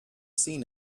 seen